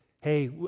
hey